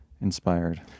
inspired